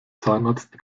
zahnarzt